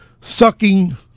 sucking